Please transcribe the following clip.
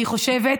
אני חושבת,